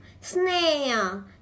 Snail